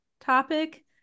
topic